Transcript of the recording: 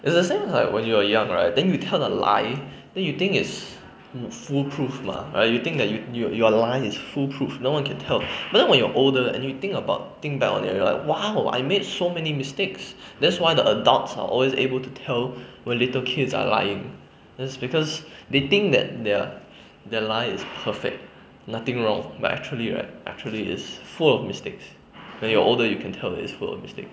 is the same like when you're young right then you tell a lie then you think is fool foolproof mah right you think that your your lie is foolproof no one can tell but then when you're older and you think about you think back on your lie like !wow! I make so many mistakes that's why the adults are always able to tell when little kids are lying that's because they think that their their lie is perfect nothing wrong but actually right actually is full of mistakes when you're older you can tell it's full of mistakes